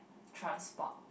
transport